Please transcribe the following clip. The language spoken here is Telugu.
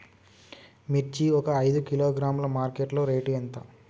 మిర్చి ఒక ఐదు కిలోగ్రాముల మార్కెట్ లో రేటు ఎంత?